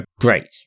great